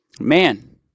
man